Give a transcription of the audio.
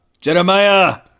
Jeremiah